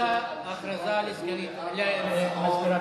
הודעה למזכירת הכנסת.